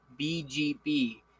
BGP